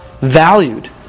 valued